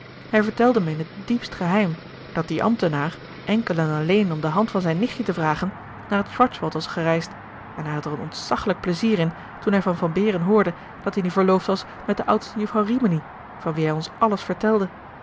hij vertelde me in het diepst geheim dat die ambtenaar enkel en alleen om de hand van zijn nichtje te vragen naar het schwarzwald was gereisd en hij had er een ontzaggelijk pleizier in toen hij van von behren hoorde dat die nu verloofd was met de oudste juffrouw rimini van wie hij ons alles vertelde